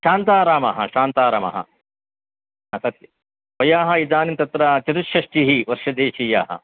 शान्तारामः शान्तारामः ह सत्यं वयः इदानीं तत्र चतुष्षष्टिः वर्षदेशीयः